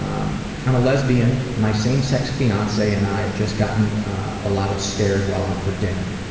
um and a lesbian. my same-sex fiance and i just gotten a lot of stares while out for dinner.